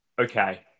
okay